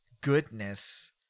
goodness